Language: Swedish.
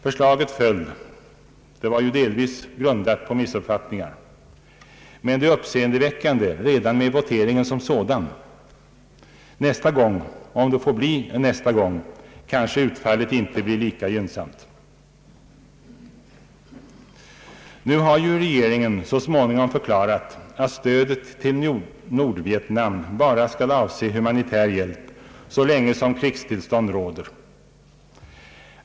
Förslaget föll — det var ju delvis grundat på missuppfattningar — men det är uppseendeväckande redan med voteringen som sådan. Nästa gång — om det får bli en nästa gång — kanske utfallet inte blir lika gynnsamt. Nu har ju regeringen så småningom förklarat att stödet till Nordvietnam bara skall avse humanitär hjälp så länge som <krigstillstånd råder.